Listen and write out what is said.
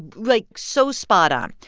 like, so spot-on.